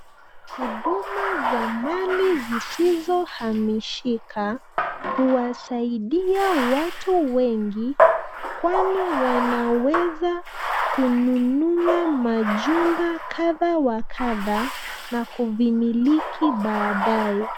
Huduma za mali zisizohamishika huwasaidia watu wengi kwani wanaweza kununua majumba kdhaa wa kadhaa na kuvimiliki baadae.